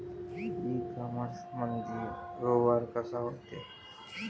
इ कामर्समंदी व्यवहार कसा होते?